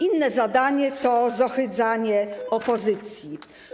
Inne zadanie to zohydzanie opozycji.